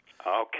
Okay